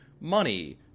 money